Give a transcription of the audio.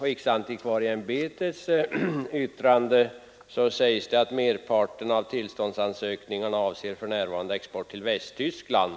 Riksantikvarieämbetet har i yttrande framhållit att merparten av tillståndsansökningarna för närvarande avser export till Västtyskland.